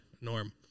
Norm